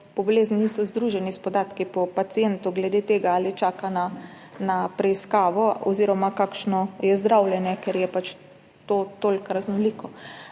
boleznih niso združeni s podatki po pacientu glede tega, ali čaka na preiskavo oziroma kakšno je zdravljenje, ker je to tako raznoliko,